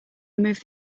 remove